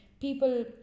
people